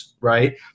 right